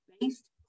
based